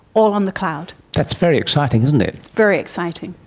all on the cloud. that's very exciting, isn't it. very exciting.